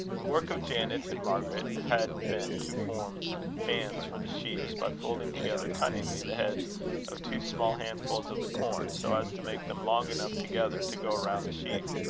the work of janet and margaret had been to form bands for the sheaves, by folding together cunningly the heads of two small handfuls of the corn, so as to make them long enough together to go round the sheaf